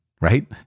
right